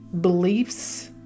beliefs